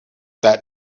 that